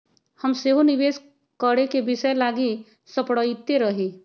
हम सेहो निवेश करेके विषय लागी सपड़इते रही